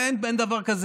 אין מושג כזה